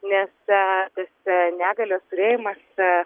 nes tas negalios turėjimas